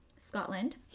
scotland